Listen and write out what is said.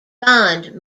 bond